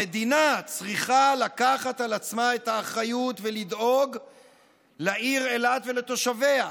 המדינה צריכה לקחת על עצמה את האחריות ולדאוג לעיר אילת ולתושביה.